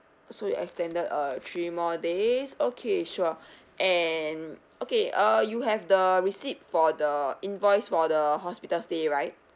so you extended uh three more days okay sure and okay uh you have the receipt for the invoice for the hospital stay right